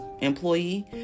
employee